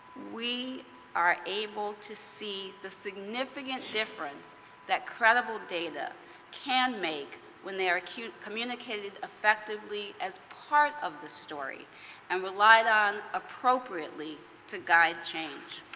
we are able to see the significant difference that credible data can make when they are communicated effectively as part of the story and relied on appropriately to guide change.